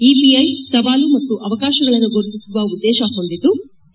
EPI ಸವಾಲು ಮತ್ತು ಅವಕಾಶಗಳನ್ನು ಗುರುತಿಸುವ ಉದ್ದೇತ ಹೊಂದಿದ್ಲು